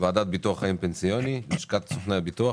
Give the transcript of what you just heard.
חיים פנסיוני, לשכת סוכני הביטוח.